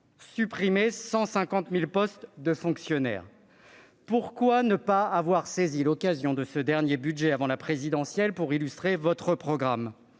supprimer 150 000 postes de fonctionnaires. Pourquoi ne pas avoir saisi l'occasion de ce dernier budget avant la présidentielle pour illustrer votre programme ?